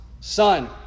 Son